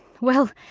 well,